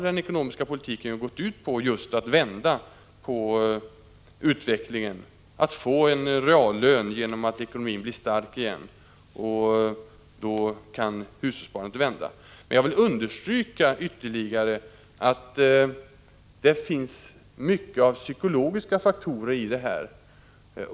Den ekonomiska politiken har därför gått ut på just att vända på utvecklingen, att få en förbättrad reallöneutveckling genom att ekonomin görs stark igen. Då kan också utvecklingen för hushållssparandet vända. Men jag vill ytterligare understryka att det är mycket av psykologiska faktorer i det här.